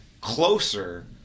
closer